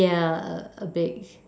yeah a a big